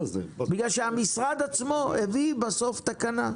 בגלל שהמשרד בסוף הביא תקנה.